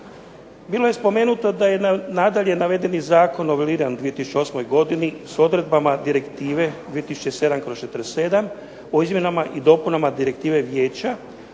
Bilo je spomenuto da je nadalje navedeni zakon noveliran u 2008. godini s odredbama Direktive 2007/47 o izmjenama i dopunama Direktive vijeća